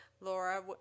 Laura